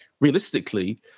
realistically